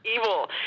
Evil